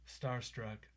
Starstruck